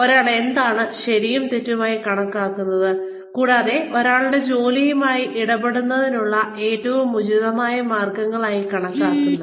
ഒരാൾ എന്താണ് ശരിയും തെറ്റും ആയി കണക്കാക്കുന്നത് കൂടാതെ ഒരാളുടെ ജോലിയുമായി ഇടപെടുന്നതിനുള്ള ഏറ്റവും ഉചിതമായ മാർഗങ്ങളായി കണക്കാക്കുന്നത്